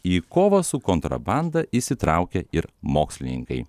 į kovą su kontrabanda įsitraukė ir mokslininkai